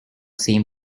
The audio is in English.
seem